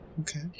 Okay